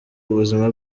ubuzima